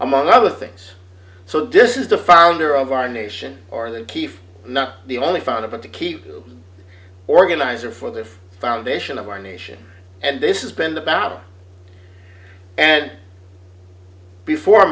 among other things so this is the founder of our nation or the key if not the only found about to keep organizer for the foundation of our nation and this is been the battle and before